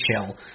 chill